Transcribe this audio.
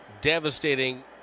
devastating